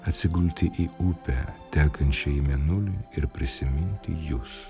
atsigulti į upę tekančią į mėnulį ir prisiminti jus